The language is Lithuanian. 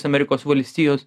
amerikos valstijos